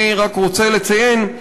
אני רק רוצה לציין,